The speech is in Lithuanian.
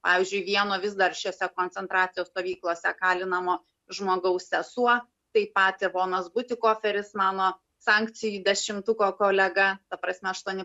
pavyzdžiui vieno vis dar šiose koncentracijos stovyklose kalinamo žmogaus sesuo taip pat ivonas butikoferis mano sankcijų dešimtuko kolega ta prasme aštuoni